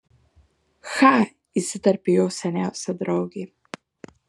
cha įsiterpė jos seniausia draugė